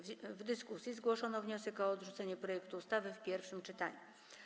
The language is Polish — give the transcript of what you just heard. W dyskusji zgłoszono wniosek o odrzucenie projektu ustawy w pierwszym czytaniu.